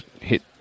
hit